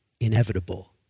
inevitable